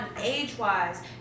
age-wise